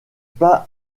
pas